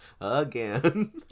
Again